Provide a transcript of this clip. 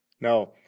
now